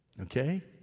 Okay